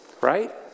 Right